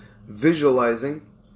Visualizing